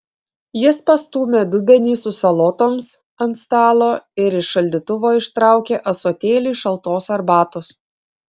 jis pastūmė dubenį su salotoms ant stalo ir iš šaldytuvo ištraukė ąsotėlį šaltos arbatos